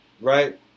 Right